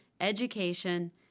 education